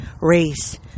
race